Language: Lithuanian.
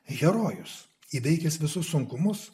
herojus įveikęs visus sunkumus